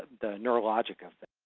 the neurologic effects,